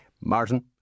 Martin